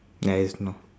ya is